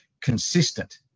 consistent